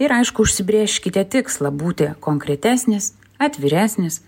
ir aišku užsibrėžkite tikslą būti konkretesnis atviresnis